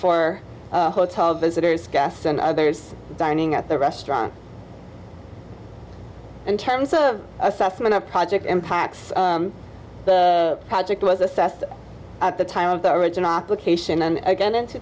for visitors gas and others dining at the restaurant in terms of assessment of project impacts the project was assessed at the time of the original application and again in two